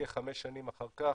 כחמש שנים אחר כך,